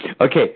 Okay